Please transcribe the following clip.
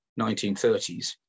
1930s